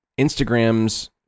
Instagram's